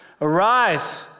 Arise